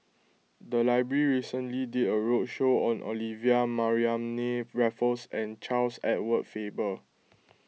the library recently did a roadshow on Olivia Mariamne Raffles and Charles Edward Faber